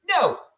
No